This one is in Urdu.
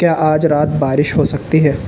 کیا آج رات بارش ہو سکتی ہے